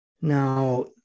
Now